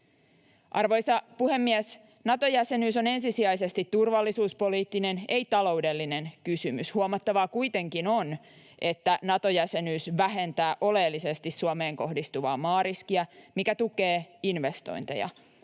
Arvoisa puhemies! Nato-jäsenyys on ensisijaisesti turvallisuuspoliittinen, ei taloudellinen kysymys. Huomattavaa kuitenkin on, että Nato-jäsenyys vähentää oleellisesti Suomeen kohdistuvaa maariskiä, mikä tukee investointeja.